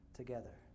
together